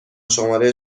شماره